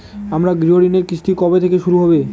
আমার গৃহঋণের কিস্তি কবে থেকে শুরু হবে?